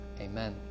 Amen